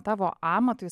tavo amatui